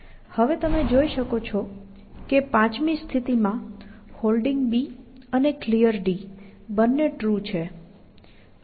હવે તમે જોઈ શકો છો કે પાંચમી સ્થિતિમાં Holding અને Clear બંને ટ્રુ છે